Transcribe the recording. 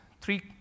three